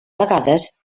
vegades